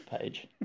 page